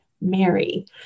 Mary